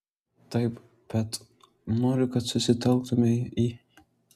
taip bet noriu kad susitelktumei į